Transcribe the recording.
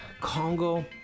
Congo